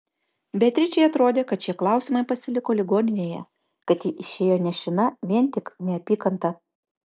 beatričei atrodė kad šie klausimai pasiliko ligoninėje kad ji išėjo nešina vien tik neapykanta